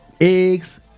eggs